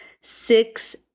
six